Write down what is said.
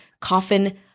Coffin